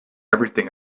everything